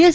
S